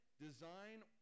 design